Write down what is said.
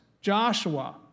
Joshua